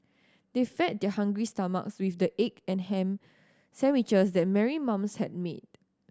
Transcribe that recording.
they fed their hungry stomachs with the egg and ham sandwiches that Mary moms had made